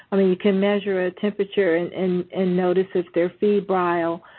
i mean you can measure a temperature and and and notice if their febrile,